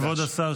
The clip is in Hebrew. כבוד השר,